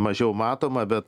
mažiau matoma bet